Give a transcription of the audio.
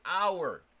hour